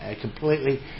completely